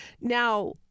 Now